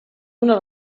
una